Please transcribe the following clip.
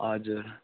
हजुर